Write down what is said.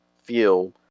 feel